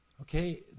okay